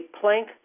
plank